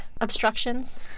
obstructions